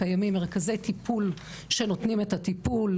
קיימים מרכזי טיפול שנותנים את הטיפול,